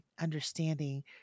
understanding